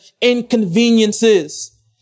inconveniences